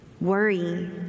Worry